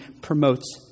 promotes